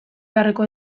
beharreko